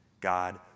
God